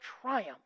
triumph